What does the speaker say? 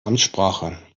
amtssprache